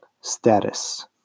status